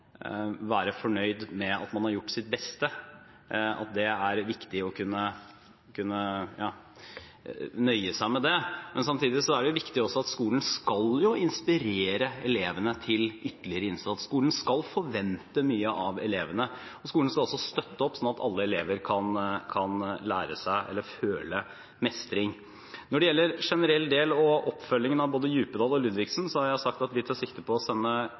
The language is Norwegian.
være fornøyd med at man har gjort sitt beste. Samtidig er det viktig at skolen inspirerer elevene til ytterligere innsats. Skolen skal forvente mye av elevene, og skolen skal støtte opp, slik at alle elever kan føle mestring. Når det gjelder generell del og oppfølgingen av både Djupedal-utvalget og Ludvigsen-utvalget, har jeg sagt at vi tar sikte på å sende